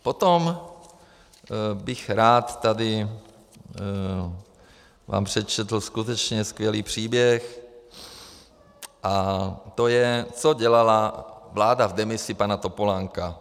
Potom bych vám tady rád přečetl skutečně skvělý příběh, a to je, co dělala vláda v demisi pana Topolánka.